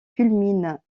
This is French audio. culmine